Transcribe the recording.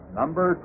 number